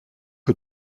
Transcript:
que